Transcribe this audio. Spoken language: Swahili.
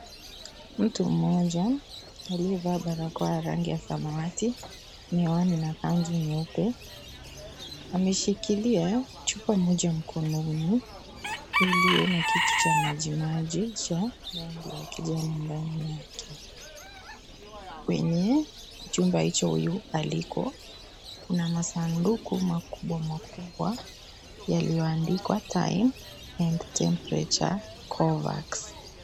Mtu mmoja aliyevaa barakoa ya rangi ya samawati, miwani na kanzu nyeupe, ameshikilia chupa moja mkononi ilio na kitu cha majimaji cha rangi ya kijani ndani yake, kwenye chumba hiki huyu aliko kuna masanduku makubwa makubwa yalioandikwa time and temperature Covax.